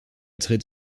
tritt